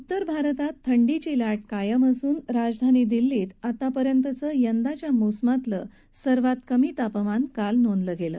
उत्तर भारतात थंडीची लाट कायम असून राजधानी दिल्लीत आतापर्यंतचं यंदाच्या मोसमातलं सर्वात कमी तापमान काल नोंदलं गेलं